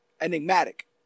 enigmatic